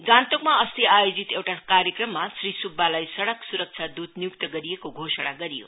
गान्तोकमा अस्ति आयोजित एउटा कार्यक्रममा श्री सुब्बालाई सडक सुरक्षा दूत नियुक्त गरिएको घोषणा गरियो